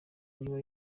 niba